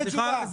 איזה תשובה?